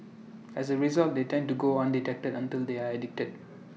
as A result they tend to go undetected until they are addicted